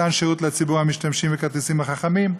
מתן שירות לציבור המשתמשים בכרטיסים החכמים"